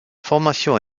formation